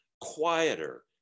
quieter